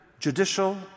judicial